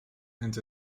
and